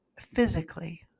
physically